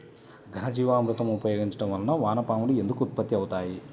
ఘనజీవామృతం ఉపయోగించటం వలన వాన పాములు ఎందుకు ఉత్పత్తి అవుతాయి?